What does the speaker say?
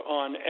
on